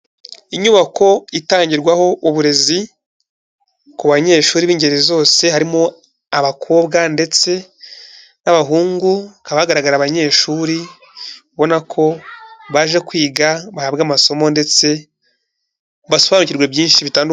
Inyubako itangirwaho uburezi ku banyeshuri b'ingeri zose, harimo abakobwa ndetse n'abahungu, hakaba hagaragara abanyeshuri, ubona ko baje kwiga bahabwe amasomo ndetse basobanukirwe byinshi bitandukanye.